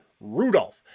Rudolph